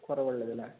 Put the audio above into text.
ഉള്ളതല്ലേ